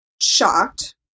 shocked